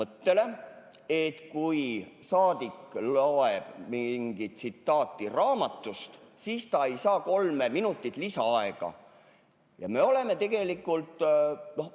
mõttele, et kui saadik loeb mingit tsitaati raamatust, siis ta ei saa kolme minutit lisaaega. No osa inimesi lihtsalt